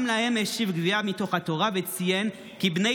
גם להם השיב גביהא מתוך התורה וציין כי בני